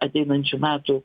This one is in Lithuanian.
ateinančių metų